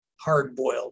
hard-boiled